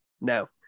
No